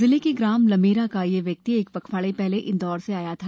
जिले के ग्राम लमेरा का यह व्यक्ति एक पखवाड़े पहले इंदौर से यहां आया था